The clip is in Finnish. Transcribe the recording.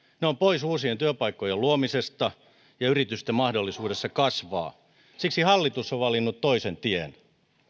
ne ovat pois uusien työpaikkojen luomisesta ja yritysten mahdollisuudesta kasvaa siksi hallitus on valinnut toisen tien